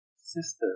sister